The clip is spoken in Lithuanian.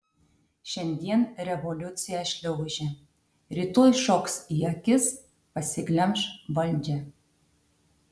šiandien revoliucija šliaužia rytoj šoks į akis pasiglemš valdžią